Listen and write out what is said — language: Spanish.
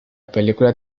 película